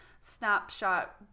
snapshot